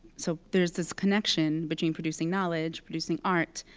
so there's this connection between producing knowledge, producing art,